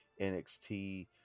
NXT